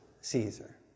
Caesar